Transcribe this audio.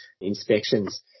inspections